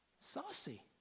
saucy